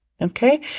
okay